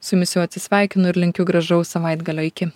su jumis jau atsisveikinu ir linkiu gražaus savaitgalio iki